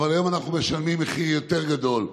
אבל היום אנחנו משלמים מחיר יותר גדול,